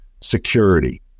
security